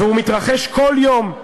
והוא מתרחש כל יום,